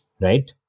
Right